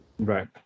Right